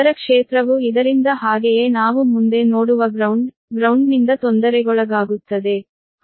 ಇದರ ಕ್ಷೇತ್ರವು ಇದರಿಂದ ಹಾಗೆಯೇ ನಾವು ಮುಂದೆ ನೋಡುವ ಗ್ರೌಂಡ್ ಗ್ರೌಂಡ್ನಿಂದ ತೊಂದರೆಗೊಳಗಾಗುತ್ತದೆ